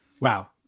Wow